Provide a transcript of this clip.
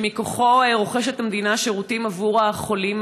שמכוחו רוכשת המדינה שירותים עבור החולים